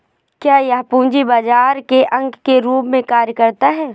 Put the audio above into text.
क्या यह पूंजी बाजार के अंग के रूप में कार्य करता है?